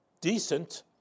decent